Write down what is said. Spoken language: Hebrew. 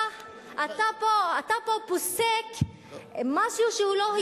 אתה פה פוסק משהו שהוא לא הגיוני.